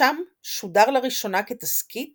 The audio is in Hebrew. שם שודר לראשונה כתסכית